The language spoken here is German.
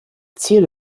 ziel